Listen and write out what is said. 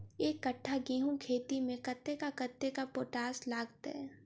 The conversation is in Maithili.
एक कट्ठा गेंहूँ खेती मे कतेक कतेक पोटाश लागतै?